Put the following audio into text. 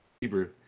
Hebrew